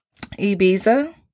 Ibiza